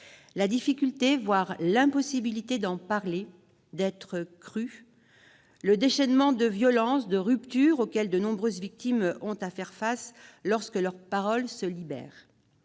la difficulté, voire l'impossibilité, d'en parler, d'être crue, le déchaînement de violences, de ruptures auquel de nombreuses victimes ont à faire face lorsque leur parole se libère.